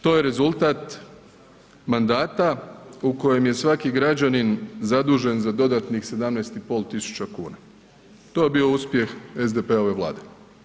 To je rezultat mandata u kojem je svaki građanin zadužen za dodatnih 17 500 kuna, to je bio uspjeh SDP-ove Vlade.